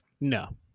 No